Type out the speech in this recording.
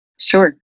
Sure